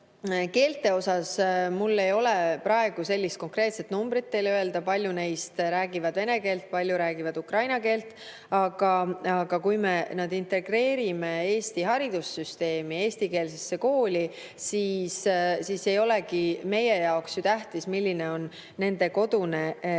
Keelte kohta ei ole mul praegu konkreetset numbrit teile öelda, kui paljud neist räägivad vene keelt ja kui paljud räägivad ukraina keelt. Aga kui me nad integreerime Eesti haridussüsteemi, eestikeelsesse kooli, siis ei olegi meie jaoks ju tähtis, milline on nende kodune keel.